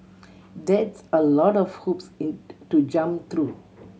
that's a lot of hoops in to jump through